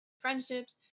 friendships